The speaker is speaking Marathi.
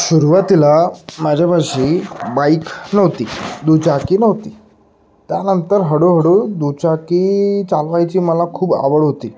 सुरुवातीला माझ्यापाशी बाईक नव्हती दुचाकी नव्हती त्यानंतर हळूहळू दुचाकी चालवायची मला खूप आवड होती